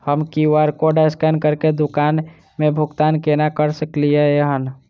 हम QR code scan करके दुकान मे भुगतान केना करऽ सकलिये एहन?